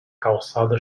calçada